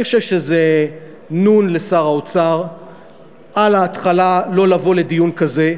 אני חושב שזה נ' לשר האוצר על ההתחלה לא לבוא לדיון כזה.